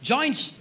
Joints